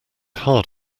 hard